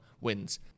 wins